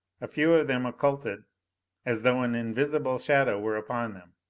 a few of them occulted as though an invisible shadow were upon them.